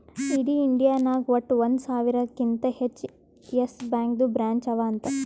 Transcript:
ಇಡೀ ಇಂಡಿಯಾ ನಾಗ್ ವಟ್ಟ ಒಂದ್ ಸಾವಿರಕಿಂತಾ ಹೆಚ್ಚ ಯೆಸ್ ಬ್ಯಾಂಕ್ದು ಬ್ರ್ಯಾಂಚ್ ಅವಾ ಅಂತ್